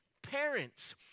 Parents